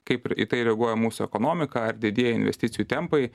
kaip į tai reaguoja mūsų ekonomika ar didėja investicijų tempai